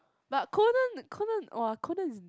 but Conan Conan [wah] Conan is